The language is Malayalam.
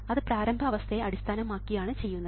അത് പ്രാരംഭ അവസ്ഥയെ അടിസ്ഥാനമാക്കിയാണ് ചെയ്യുന്നത്